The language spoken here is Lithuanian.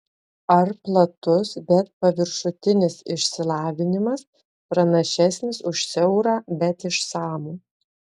ar platus bet paviršutinis išsilavinimas pranašesnis už siaurą bet išsamų